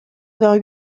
vingt